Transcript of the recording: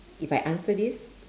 if I answer this